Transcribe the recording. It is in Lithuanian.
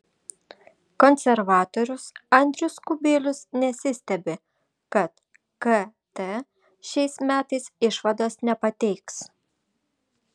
konservatorius andrius kubilius nesistebi kad kt šiais metais išvados nepateiks